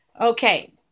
Okay